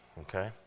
okay